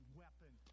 weapon